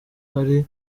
hari